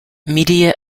media